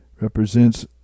represents